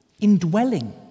indwelling